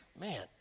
man